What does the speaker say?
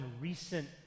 recent